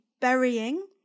burying